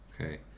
Okay